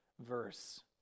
verse